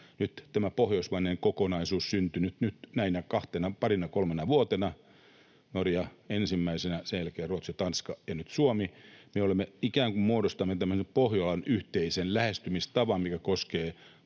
nyt tämä pohjoismainen kokonaisuus on syntynyt näinä parina kolmena vuotena: Norja ensimmäisenä, sen jälkeen Ruotsi ja Tanska ja nyt Suomi. Me ikään kuin muodostamme tämmöisen Pohjolan yhteisen lähestymistavan, mikä koskee